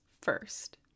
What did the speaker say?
first